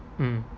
mm